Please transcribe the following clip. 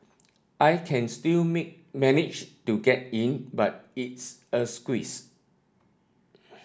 I can still manage to get in but it's a squeeze